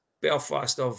Belfast